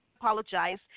apologize